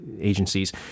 agencies